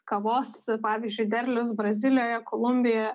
kavos pavyzdžiui derlius brazilijoje kolumbijoje